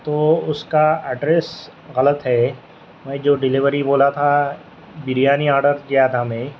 تو اس کا ایڈریس غلط ہے میں جو ڈلیوری بولا تھا بریانی آڈر کیا تھا میں